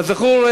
כזכור,